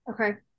Okay